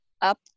up